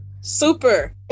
Super